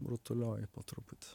rutulioju po truputį